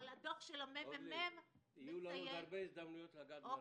אבל הדוח של הממ"מ- - יהיו לנו עוד הרבה הזדמנויות לגעת בזה.